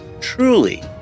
truly